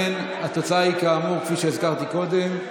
לכן התוצאה היא כפי שהזכרתי קודם.